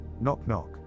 knock-knock